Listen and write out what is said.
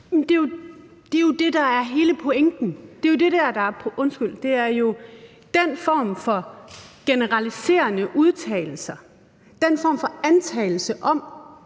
Det er jo det, der er hele pointen. Det er jo den form for generaliserende udtalelser og den form for blåstempling